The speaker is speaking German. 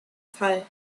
fall